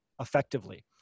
effectively